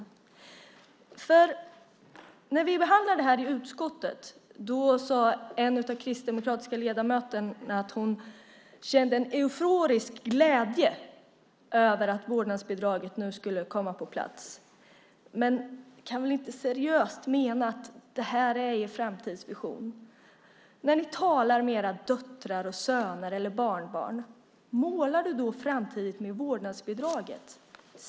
När vi behandlade detta i utskottet sade en av de kristdemokratiska ledamöterna att hon kände en euforisk glädje över att vårdnadsbidraget nu skulle komma på plats. Men ni kan väl inte seriöst mena att det här är er framtidsvision? När ni talar med era döttrar, söner eller barnbarn, målar ni då upp en framtid med vårdnadsbidraget?